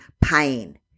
pain